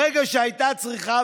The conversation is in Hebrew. ברגע שהייתה צריכה,